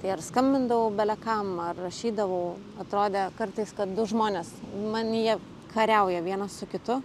ir skambindavau belekam ar rašydavau atrodė kartais kad du žmonės manyje kariauja vienas su kitu